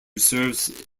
serves